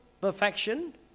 perfection